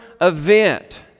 event